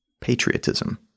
patriotism